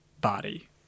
body